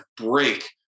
break